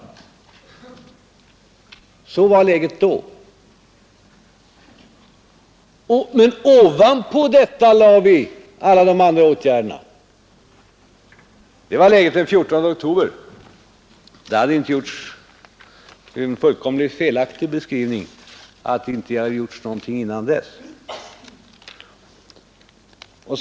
Men ovanpå detta lade vi alla de andra åtgärderna. Detta var läget den 14 oktober. Det är en fullkomligt felaktig beskrivning, att vi inte hade gjort någonting före den 14 oktober.